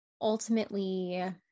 ultimately